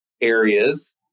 areas